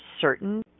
certain